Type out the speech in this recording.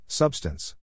Substance